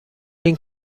این